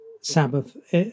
Sabbath